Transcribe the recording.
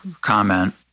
comment